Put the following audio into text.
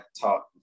talk